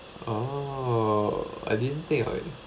oh I didn't think of it